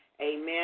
amen